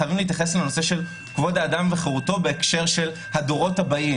חייבים להתייחס לנושא של כבוד האדם וחירותו בהקשר של הדורות הבאים.